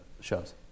shows